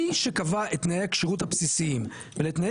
מי שקבע את תנאי הכשירות הבסיסיים ותנאי